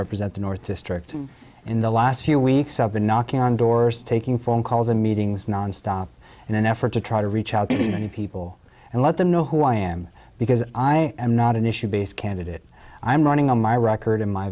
represent the north district in the last few weeks i've been knocking on doors taking phone calls and meetings nonstop in an effort to try to reach out to people and let them know who i am because i am not an issue based candidate i'm running on my record and my